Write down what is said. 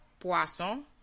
Poisson